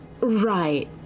Right